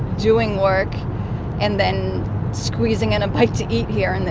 doing work and then squeezing in a bite to eat here and there,